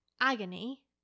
agony